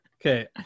Okay